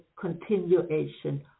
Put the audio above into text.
continuation